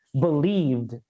believed